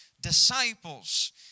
disciples